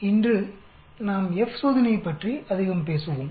இன்று நாம் F சோதனை பற்றி அதிகம் பேசுவோம்